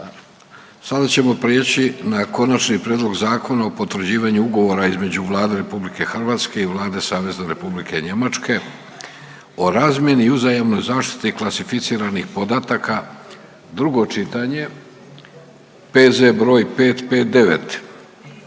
Gordan (HDZ)** Konačni prijedlog zakona o potvrđivanju Ugovora između Vlade RH i Vlade Savezne Republike Njemačke o razmjeni i uzajamnoj zaštiti klasificiranih podataka, drugo čitanje, P.Z. br. 559.